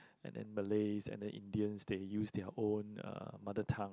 and then Malays and then Indians they use their own uh mother tongue